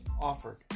offered